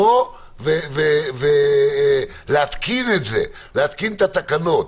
בלי להגיד עם מי או עם מה או איזה סוג של --- התייעצות מקצועית,